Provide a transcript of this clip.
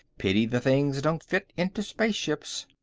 pity the things don't fit into spaceships.